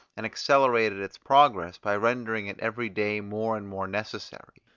and accelerated its progress by rendering it every day more and more necessary.